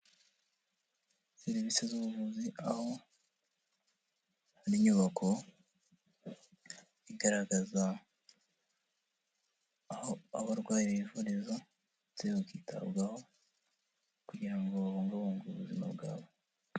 Serivisi z'ubuvuzi aho hari inyubako igaragaza aho abarwayi bivuriza ndetse bakitabwaho, kugira ngo babungabunge ubuzima bwabo.